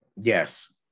Yes